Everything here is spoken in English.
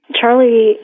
Charlie